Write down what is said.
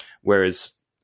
Whereas